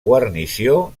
guarnició